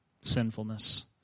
sinfulness